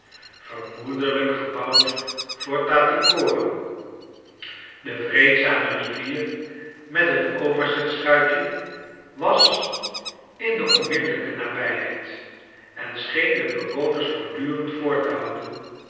vermoedelijk gebouwd voor tattycoram de vreedzame rivier met het oversets chuitje was in de onmiddellijke nabijheid en scheen den bewoners voor tdur end voor te houden